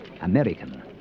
American